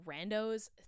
randos